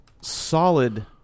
solid